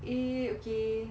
eh okay